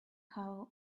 how